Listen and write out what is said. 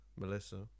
Melissa